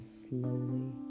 slowly